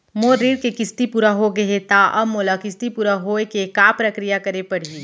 मोर ऋण के किस्ती पूरा होगे हे ता अब मोला किस्ती पूरा होए के का प्रक्रिया करे पड़ही?